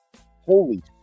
holy